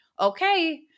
Okay